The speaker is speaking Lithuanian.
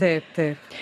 taip taip